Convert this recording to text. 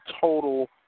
total